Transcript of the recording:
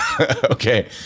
Okay